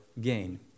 gain